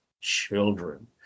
children